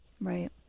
Right